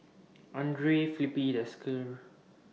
Andre Filipe Desker